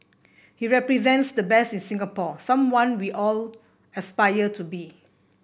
he represents the best in Singapore someone we all aspire to be